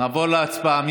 נעבור להצבעה.